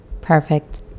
Perfect